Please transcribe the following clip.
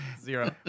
Zero